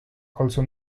also